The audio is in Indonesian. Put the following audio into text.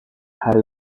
hari